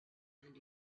and